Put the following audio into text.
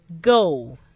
Go